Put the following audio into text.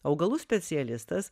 augalų specialistas